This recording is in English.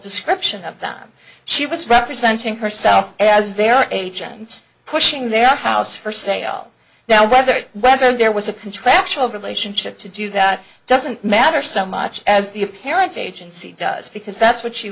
description of that she was representing herself as their agent pushing their house for sale now whether whether there was a contractual relationship to do that it doesn't matter so much as the apparent agency does because that's what she